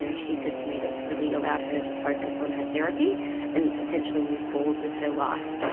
yeah she says to me that's really allowed her to focus on her therapy and essentially move forward with her life.